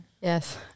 Yes